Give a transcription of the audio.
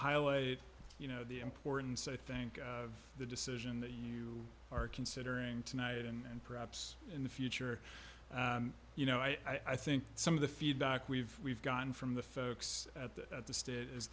highlight it you know the importance i think of the decision that you are considering tonight and perhaps in the future you know i think some of the feedback we've we've gotten from the folks at the at the state is